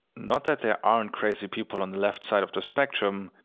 not that there aren't crazy people on the left side of the spectrum,